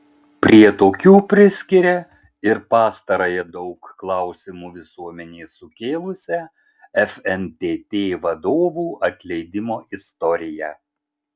prie tokių priskiria ir pastarąją daug klausimų visuomenei sukėlusią fntt vadovų atleidimo istoriją